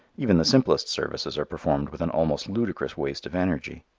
even the simplest services are performed with an almost ludicrous waste of energy.